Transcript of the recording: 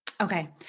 Okay